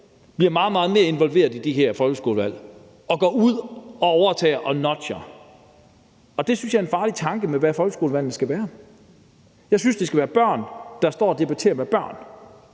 meget, meget mere involveret i de her skolevalg og går ud og overtager og nudger. Det synes jeg er en farlig tanke med, hvad skolevalg skal være. Jeg synes, det skal være børn, der står og debatterer med børn,